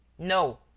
no,